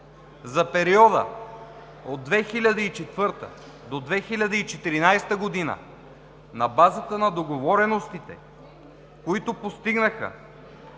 за периода от 2004-а до 2014 г. на базата на договореностите, които постигнаха